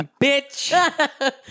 Bitch